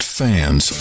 fans